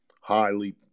highly